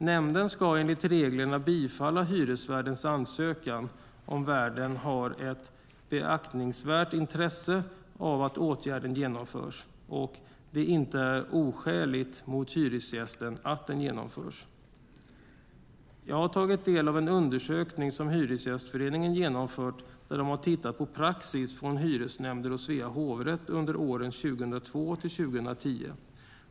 Nämnden ska enligt reglerna bifalla hyresvärdens ansökan om värden har ett beaktansvärt intresse av att åtgärden genomförs och det inte är oskäligt mot hyresgästen att den genomförs. Jag har tagit del av en undersökning som Hyresgästföreningen genomfört, där de har tittat på praxis från hyresnämnder och Svea hovrätt under åren 2002-2010.